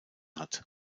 hat